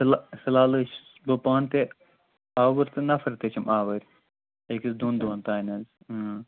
fill فِلال حظ چھُس بہٕ پانہٕ تہِ آوُر تہِ نَفَر تہِ چھِم آوٕرۍ أکِس دۄن دۄہَن تانۍ حظ اۭں